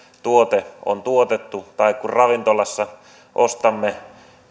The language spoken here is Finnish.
tuote on tuotettu tai kun ravintolassa ostamme